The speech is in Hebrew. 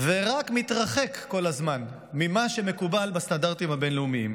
ורק מתרחק כל הזמן ממה שמקובל בסטנדרטים הבין-לאומיים.